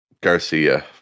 Garcia